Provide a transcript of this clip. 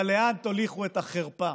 אבל לאן תוליכו את החרפה.